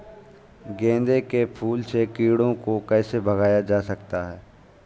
गेंदे के फूल से कीड़ों को कैसे भगाया जा सकता है?